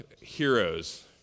heroes